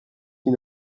qui